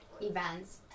events